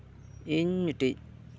ᱤᱧ ᱢᱤᱫᱴᱤᱡ